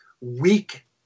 weak